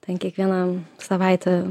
ten kiekvieną savaitę